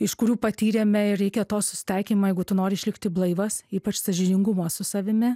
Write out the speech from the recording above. iš kurių patyrėme ir reikia to susitaikymo jeigu tu nori išlikti blaivas ypač sąžiningumo su savimi